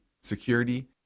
security